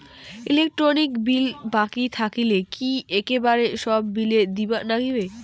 Electric bill বাকি থাকিলে কি একেবারে সব বিলে দিবার নাগিবে?